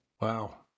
Wow